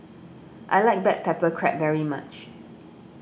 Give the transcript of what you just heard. I like Black Pepper Crab very much